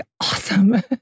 awesome